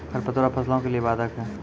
खडपतवार फसलों के लिए बाधक हैं?